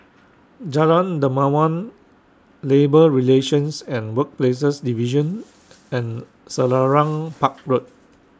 Jalan Dermawan Labour Relations and Workplaces Division and Selarang Park Road